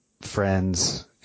friends